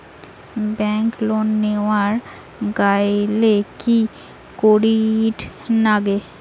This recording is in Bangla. ব্যাংক লোন নেওয়ার গেইলে কি করীর নাগে?